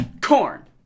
Corn